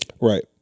right